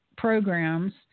Programs